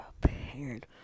prepared